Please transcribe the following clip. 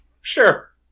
Sure